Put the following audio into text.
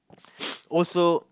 also